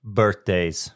birthdays